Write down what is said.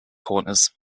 corners